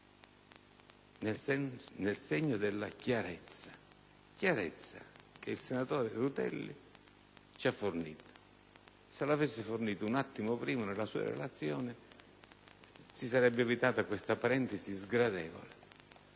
nel segno della chiarezza, che il senatore Rutelli ci ha sì fornito, ma se l'avesse fatto un attimo prima nella sua relazione, si sarebbe evitata questa parentesi - le